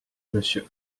monsieur